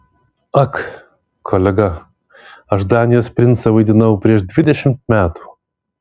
ak kolega aš danijos princą vaidinau prieš dvidešimt metų